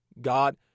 God